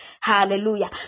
Hallelujah